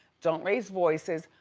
don't raise voices.